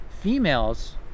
females